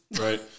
right